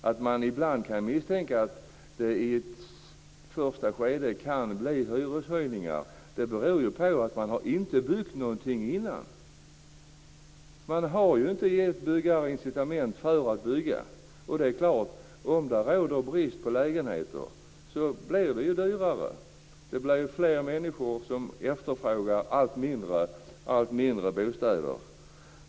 Att man ibland misstänker att det då i ett första skede skulle bli hyreshöjningar beror på att det inte har byggts något på senare tid. Byggarna har inte fått incitament för att bygga, och om det råder brist på lägenheter blir dessa dyrare. Alltfler människor efterfrågar allt färre bostäder.